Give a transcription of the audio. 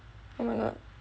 oh my god